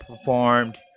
performed